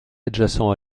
adjacents